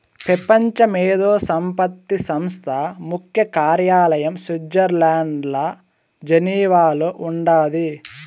పెపంచ మేధో సంపత్తి సంస్థ ముఖ్య కార్యాలయం స్విట్జర్లండ్ల జెనీవాల ఉండాది